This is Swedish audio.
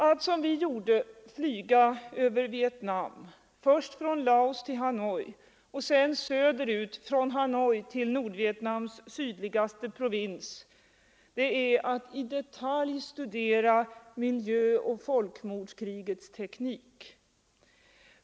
Att som vi gjorde flyga över Vietnam, först från Laos till Hanoi och sedan söderut från Hanoi till Nordvietnams sydligaste provins, är att i detalj studera miljöoch folkmordskrigets teknik.